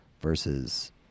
versus